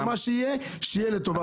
ומה שיהיה שיהיה לטובה.